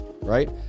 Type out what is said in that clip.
right